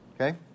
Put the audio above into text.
Okay